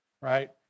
right